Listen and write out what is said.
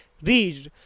Reached